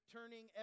Turning